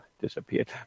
disappeared